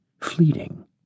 fleeting